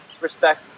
respect